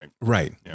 Right